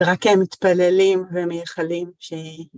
רק הם מתפללים ומייחלים שהיא...